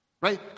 right